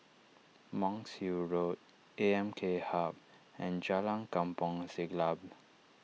Monk's Hill Road A M K Hub and Jalan Kampong Siglap